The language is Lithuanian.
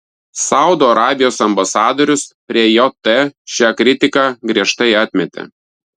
saudo arabijos ambasadorius prie jt šią kritiką griežtai atmetė